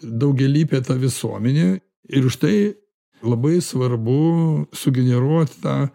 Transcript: daugialypė ta visuomenė ir užtai labai svarbu sugeneruot tą